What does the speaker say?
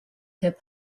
hip